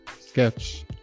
sketch